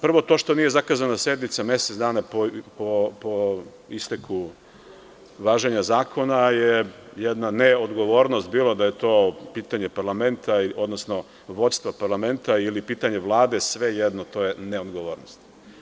Prvo, to što nije zakazana sednica mesec dana po isteku važenja zakona je jedna neodgovornost, bilo da je to pitanje parlamenta, odnosno vođstva parlamenta ili pitanje Vlade, sve jedno, to je neodgovornost.